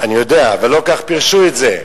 אני יודע, אבל לא כך פירשו את זה.